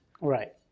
right